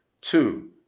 two